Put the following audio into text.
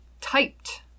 typed